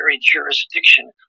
jurisdiction